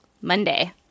monday